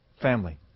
family